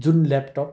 जुन ल्यापटप